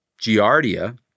Giardia